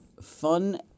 Fun